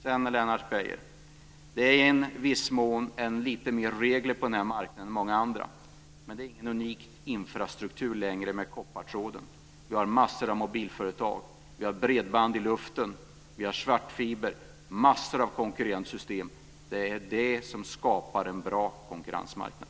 Sedan, Lennart Beijer, är det i viss mån lite mer regler på den här marknaden än på många andra, men det är inte längre någon unik infrastruktur med koppartråden. Vi har massor av mobiltelefon, vi har bredband i luften, vi har svartfiber - massor av konkurrerande system. Det är det som skapar en bra konkurrensmarknad.